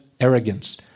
arrogance